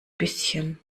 bisschen